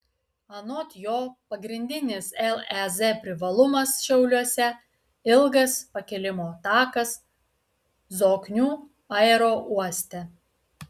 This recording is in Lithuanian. anot jo pagrindinis lez privalumas šiauliuose ilgas pakilimo takas zoknių aerouoste